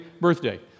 birthday